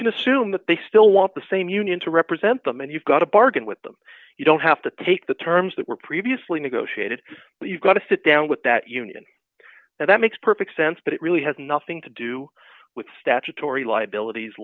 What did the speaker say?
can assume that they still want the same union to represent them and you've got to bargain with them you don't have to take the terms that were previously negotiated you've got to sit down with that union and that makes perfect sense but it really has nothing to do with statutory liabilities